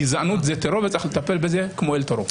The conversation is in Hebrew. גזענות זה טרור, וצריך לטפל בזה כמו טרור.